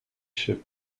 ship